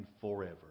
forever